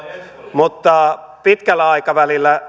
mutta pitkällä aikavälillä